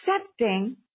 accepting